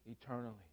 eternally